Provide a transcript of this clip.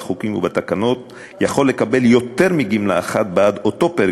ובתקנות יכול לקבל יותר מגמלה אחת בעד אותו פרק זמן.